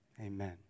Amen